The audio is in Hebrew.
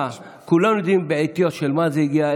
כולם יודעים בעטיו של מה זה הגיע.